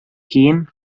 кием